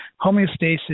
homeostasis